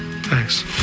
Thanks